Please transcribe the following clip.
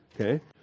Okay